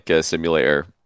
simulator